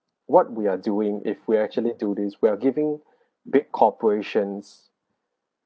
what we are doing if we actually do this we're giving big corporations